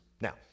Now